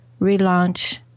relaunch